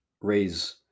raise